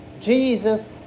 Jesus